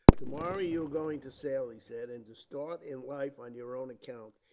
tomorrow you are going to sail, he said, and to start in life on your own account,